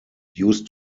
used